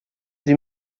sie